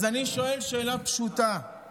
אז אני שואל שאלה פשוטה: